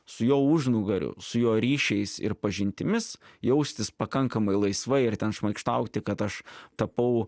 su jo užnugariu su jo ryšiais ir pažintimis jaustis pakankamai laisvai ir ten šmaikštauti kad aš tapau